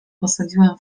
posadziłem